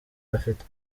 afite